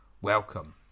Welcome